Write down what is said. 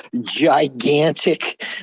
gigantic